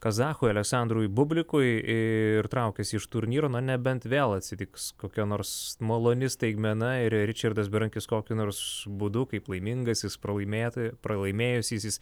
kazachui aleksandrui bublikui ir traukiasi iš turnyro na nebent vėl atsitiks kokia nors maloni staigmena ir ričardas berankis kokiu nors būdu kaip laimingasis pralaimėtoj pralaimėjusysis